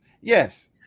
Yes